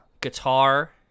Guitar